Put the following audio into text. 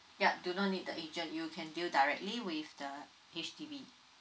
yup do not need the agent you can deal directly with the H_D_B